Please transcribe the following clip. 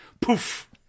poof